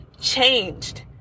changed